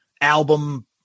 album